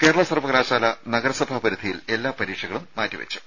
കേരള സർവ്വകലാശാല നഗരസഭാ പരിധിയിൽ എല്ലാ പരീക്ഷകളും മാറ്റിവെച്ചു